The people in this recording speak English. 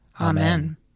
Amen